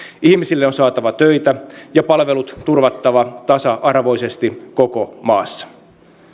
ihmisille on saatava töitä ja palvelut turvattava tasa arvoisesti koko maassa